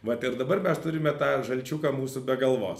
vat ir dabar mes turime tą žalčiuką mūsų be bgalvos